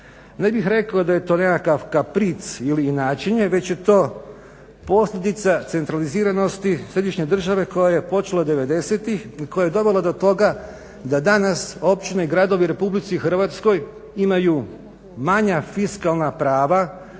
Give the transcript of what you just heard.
Ne bih rekao da je to nekakav kapric ili inaćenje već je to posljedica centraliziranosti središnje države koje je počelo '90.-tih i koje je dovelo do toga da danas općine i gradovi u Republici Hrvatskoj imaju manja fiskalna prava,